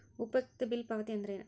ಉಪಯುಕ್ತತೆ ಬಿಲ್ ಪಾವತಿ ಅಂದ್ರೇನು?